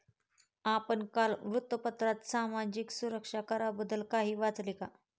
आपण काल वृत्तपत्रात सामाजिक सुरक्षा कराबद्दल काही वाचले का?